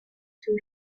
too